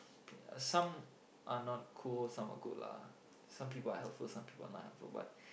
some are not cool some are cool lah some people are helpful some people are not helpful but